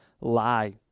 lie